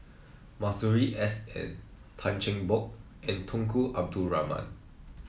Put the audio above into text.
Masuri S N Tan Cheng Bock and Tunku Abdul Rahman